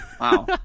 Wow